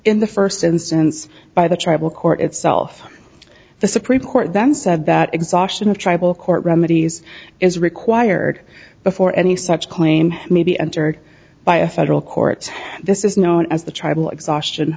in the first instance by the tribal court itself the supreme court then said that exhaustion of tribal court remedies is required before any such claim may be entered by a federal court this is known as the tribal exhaustion